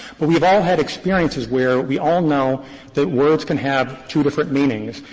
but we've all had experiences where we all know that words can have two different meanings.